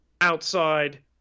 outside